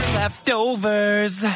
leftovers